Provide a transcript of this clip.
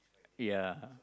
ya